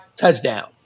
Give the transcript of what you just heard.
touchdowns